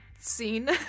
scene